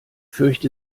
fürchte